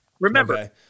remember